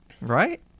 Right